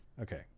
Okay